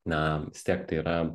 na vis tiek tai yra